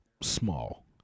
small